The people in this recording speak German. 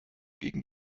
gegen